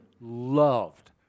loved